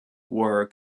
were